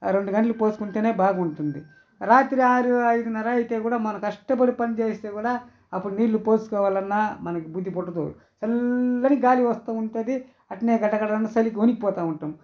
రెండు గంటలకు పోసుకుంటేనే బాగుంటుంది రాత్రి ఆరు ఐదున్నర అయితే కూడా మనం కష్టపడి పనిచేస్తే కూడా అప్పుడు నీళ్లు పోసుకోవాలన్న మనకు బుద్ధి పుట్టదు చల్లని గాలి వస్తూ ఉంటుంది అట్లే గడగడా చలికి వణికిపోతూ ఉంటాము